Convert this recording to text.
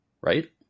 right